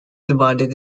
divided